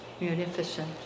munificent